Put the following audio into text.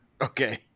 Okay